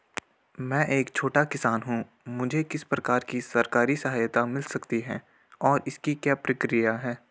मैं एक छोटा किसान हूँ मुझे किस प्रकार की सरकारी सहायता मिल सकती है और इसकी क्या प्रक्रिया है?